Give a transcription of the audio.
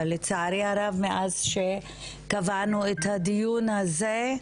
לצערי הרב מאז שקבענו את הדיון הזה,